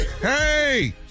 Hey